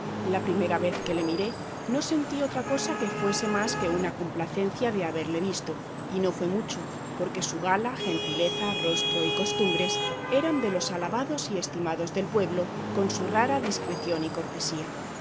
la primera vez que le miré no sentí otra cosa que fuese más de una complacencia de haberle visto y no fue mucho porque su gala gentileza rostro y costumbres eran de los alabados y estimados del pueblo con su rara discreción y cortesía